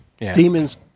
Demons